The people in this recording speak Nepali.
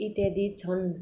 इत्यादि छन्